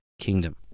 kingdom